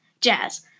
jazz